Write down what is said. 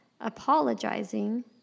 apologizing